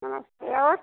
नमस्ते और